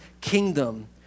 kingdom